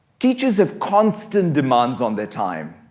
teachers have constant demands on their time.